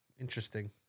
Interesting